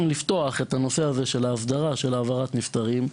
לפתוח את הנושא של הסדרת העברת נפטרים,